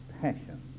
passion